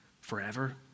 Forever